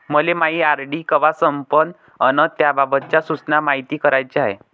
मले मायी आर.डी कवा संपन अन त्याबाबतच्या सूचना मायती कराच्या हाय